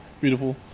beautiful